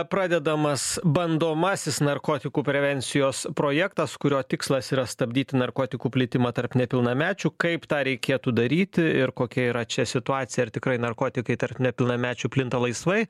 pradedamas bandomasis narkotikų prevencijos projektas kurio tikslas yra stabdyti narkotikų plitimą tarp nepilnamečių kaip tą reikėtų daryti ir kokia yra čia situacija ar tikrai narkotikai tarp nepilnamečių plinta laisvai